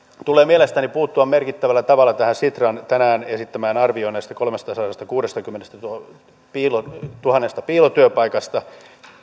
tulee mielestäni puuttua merkittävällä tavalla tähän sitran tänään esittämään arvioon näistä kolmestasadastakuudestakymmenestätuhannesta piilotyöpaikasta